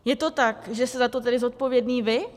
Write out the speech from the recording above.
Je to tak, že jste za to tedy zodpovědný vy?